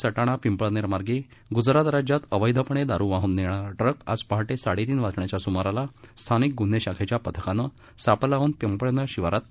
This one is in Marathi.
नाशिक सटाणा पिंपळनेर मार्गे गुजरात राज्यात अवैधपणे दारु वाहून नेणारा ट्रक आज पहाटे साडेतीन वाजण्याच्या सुमाराला स्थानिक गुन्हे शाखेच्या पथकानं सापळा लाऊन पिंपळनेर शिवारात पकडला